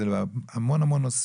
זה חל על המון נושאים.